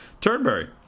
Turnberry